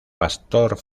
pastor